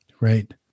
Right